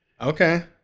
Okay